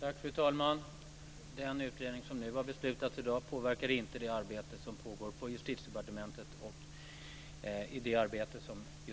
Fru talman! Den utredning som har beslutats i dag påverkar inte det arbete som pågår på Justitiedepartementet, det arbete som just har nämnts.